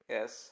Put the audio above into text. Yes